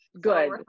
Good